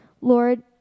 Lord